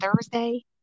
Thursday